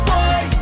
Boy